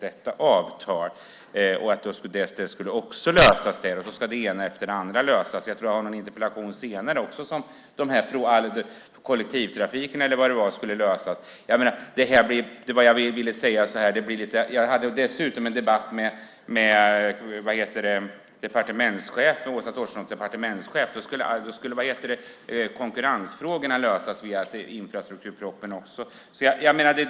Det ena efter det andra ska lösas. Jag tror att jag kommer att ha någon interpellation senare i dag också, om kollektivtrafiken eller vad det var, där det i svaret står att frågorna ska lösas genom infrastrukturpropositionen. Jag hade dessutom en debatt med Åsa Torstenssons departementschef. Då skulle även konkurrensfrågorna lösas genom infrastrukturpropositionen.